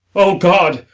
o god!